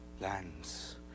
Lands